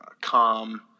calm